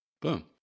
Boom